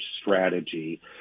strategy